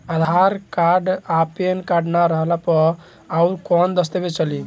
आधार card आ PAN card ना रहला पर अउरकवन दस्तावेज चली?